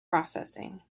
processing